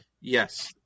Yes